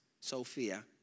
Sophia